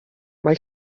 mae